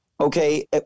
Okay